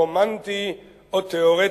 או 'רומנטי' או תיאורטי.